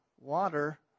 water